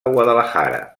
guadalajara